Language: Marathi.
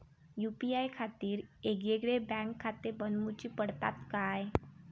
यू.पी.आय खातीर येगयेगळे बँकखाते बनऊची पडतात काय?